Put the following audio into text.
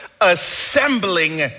assembling